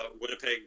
Winnipeg